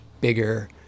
bigger